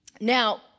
Now